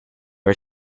are